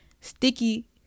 Sticky